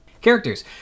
Characters